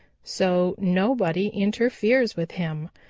so nobody interferes with him.